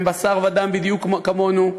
הם בשר ודם בדיוק כמונו,